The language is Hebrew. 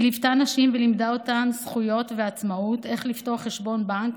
היא ליוותה נשים ולימדה אותן זכויות ועצמאות: איך לפתוח חשבון בנק,